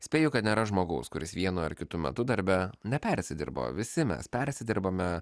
spėju kad nėra žmogaus kuris vienu ar kitu metu darbe nepersidirba visi mes persidirbame